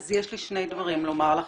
אז יש לי שני דברים לומר לך.